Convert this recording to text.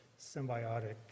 symbiotic